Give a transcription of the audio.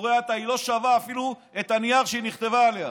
היא לא שווה אפילו את הנייר שהיא נכתבה עליו.